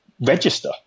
register